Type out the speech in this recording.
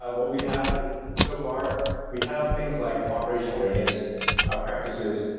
um what we have so far, we have things like operational readiness ah practices,